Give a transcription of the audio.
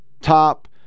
Top